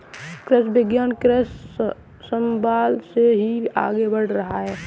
कृषि विज्ञान कृषि समवाद से ही आगे बढ़ रहा है